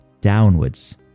downwards